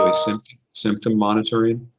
ah symptom symptom monitoring,